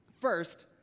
First